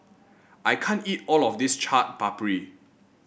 I can't eat all of this Chaat Papri